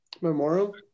Memorial